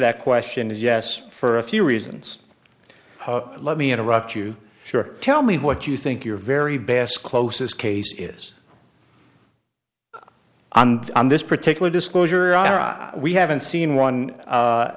that question is yes for a few reasons let me interrupt you sure tell me what you think your very best close as case is on this particular disclosure ira we haven't seen one